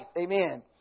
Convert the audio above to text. Amen